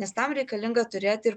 nes tam reikalinga turėti